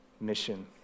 Mission